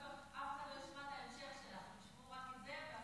אף אחד לא ישמע את ההמשך שלך, הם ישמעו רק את זה.